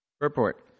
Report